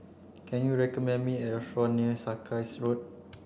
can you recommend me a restaurant near Sarkies Road